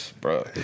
bro